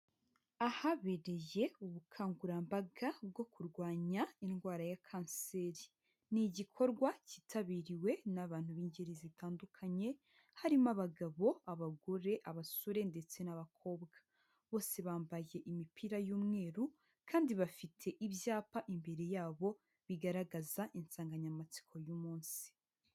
Ahabereye ubukangurambaga bwo kurwanya indwara ya kanseri, ni igikorwa cyitabiriwe n'abantu b'ingeri zitandukanye, harimo abagabo, abagore, abasore ndetse n'abakobwa, bose bambaye imipira y'umweru kandi bafite ibyapa imbere yabo bigaragaza insanganyamatsiko y'umunsi.